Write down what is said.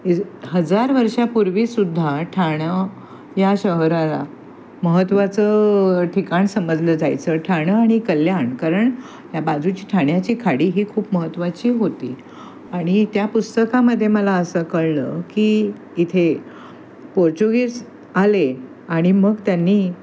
is हजार वर्षापूर्वीसुद्धा ठाणं या शहराला महत्त्वाचं ठिकाण समजलं जायचं ठाणं आणि कल्याण कारण या बाजूची ठाण्याची खाडी ही खूप महत्त्वाची होती आणि त्या पुस्तकामध्ये मला असं कळलं की इथे पोर्चुगीज आले आणि मग त्यांनी